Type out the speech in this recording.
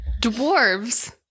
Dwarves